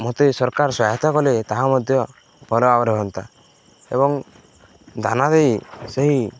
ମୋତେ ସରକାର ସହାୟତା କଲେ ତାହା ମଧ୍ୟ ଭଲ ହୁଅନ୍ତା ଏବଂ ଦାନା ଦେଇ ସେହି